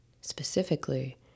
specifically